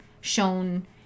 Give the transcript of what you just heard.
shown